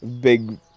Big